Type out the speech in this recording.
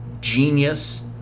genius